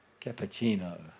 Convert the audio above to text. cappuccino